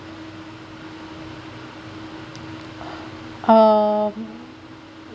um